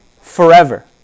Forever